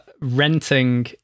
renting